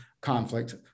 conflict